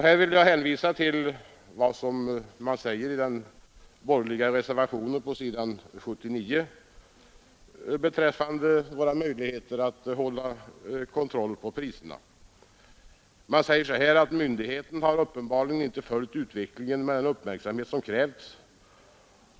Jag vill hänvisa till vad de borgerliga representanterna i utskottet säger på s. 79: ”Myndigheterna har uppenbarligen inte följt utvecklingen med den uppmärksamhet som krävts.